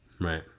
Right